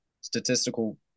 statistical